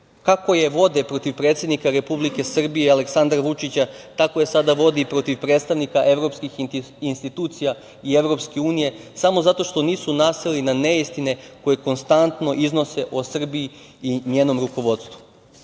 je vode protiv predsednika Republike Srbije Aleksandra Vučića, tako je sada vode protiv predstavnika evropskih institucija i Evropske unije, samo zato što nisu naseli na neistine koje konstantno iznose o Srbiji i njenom rukovodstvu. Ne